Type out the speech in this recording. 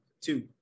two